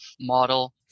model